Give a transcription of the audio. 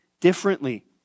differently